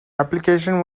application